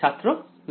ছাত্র log